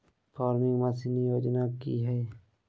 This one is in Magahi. फार्मिंग मसीन योजना कि हैय?